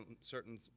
certain